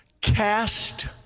cast